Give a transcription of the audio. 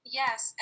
yes